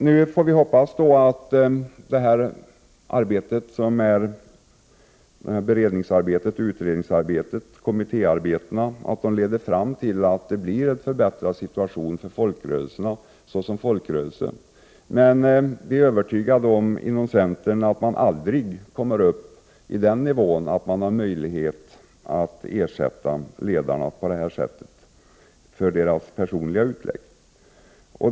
Nu får vi hoppas att utredningsarbetet leder fram till att situationen blir bättre för folkrörelserna. Vi inom centern är dock övertygade om att man aldrig kommer upp till den nivån att det blir möjligt med tillräcklig ersättning för personliga utlägg.